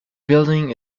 building